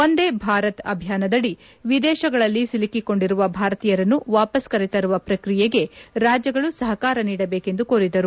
ವಂದೇ ಭಾರತ್ ಅಭಿಯಾನದಡಿ ವಿದೇಶಗಳಲ್ಲಿ ಸಿಲುಕಿಕೊಂಡಿರುವ ಭಾರತೀಯರನ್ನು ವಾಪಸ್ ಕರೆತರುವ ಪ್ರಕ್ರಿಯೆಗೆ ರಾಜ್ಯಗಳು ಸಹಕಾರ ನೀಡಬೇಕೆಂದು ಕೋರಿದರು